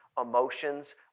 emotions